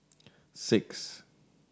six